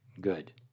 good